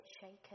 shaken